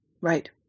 right